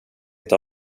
inte